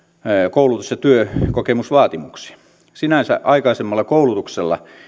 koulutus ja työkokemusvaatimuksia sinänsä aikaisemmalla koulutuksella